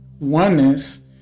oneness